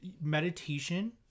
meditation